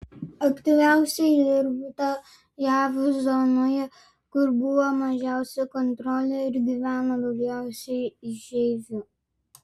aktyviausiai dirbta jav zonoje kur buvo mažiausia kontrolė ir gyveno daugiausiai išeivių